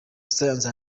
science